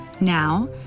Now